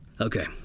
Okay